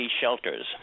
shelters